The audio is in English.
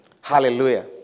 Hallelujah